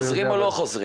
חוזרים או לא חוזרים?